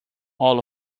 all